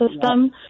system